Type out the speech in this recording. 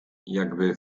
jakby